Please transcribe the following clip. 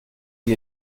wie